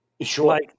Sure